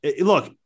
look